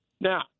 Now